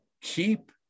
Keep